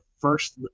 first